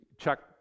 Chuck